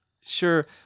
sure